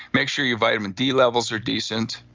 make sure your vitamin d levels are decent,